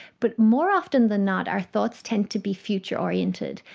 but more often than not our thoughts tend to be future oriented,